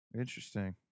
interesting